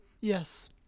Yes